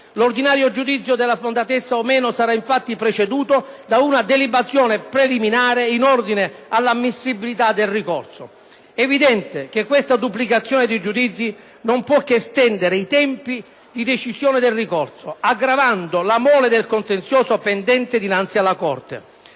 l’ordinario giudizio sulla fondatezza o meno sara infatti preceduto da una delibazione preliminare in ordine alla ammissibilitadel ricorso. E[] evidente che questa duplicazione di giudizi non puoche estendere i tempi di decisione del ricorso, aggravando la mole del contenzioso pendente dinanzi alla Corte.